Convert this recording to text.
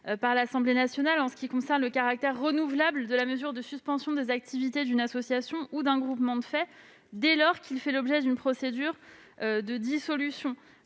par l'Assemblée nationale tendant à rendre renouvelable la mesure de suspension des activités d'une association ou d'un groupement de fait, dès lors qu'elle ou il fait l'objet d'une procédure de dissolution.